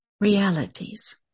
realities